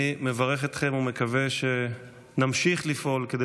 אני מברך אתכם ומקווה שנמשיך לפעול כדי